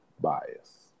bias